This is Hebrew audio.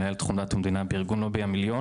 מנהל תחום דת ומדינה בארגון לובי המיליון